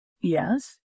Yes